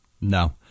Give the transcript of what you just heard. No